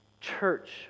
Church